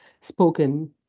spoken